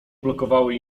blokowały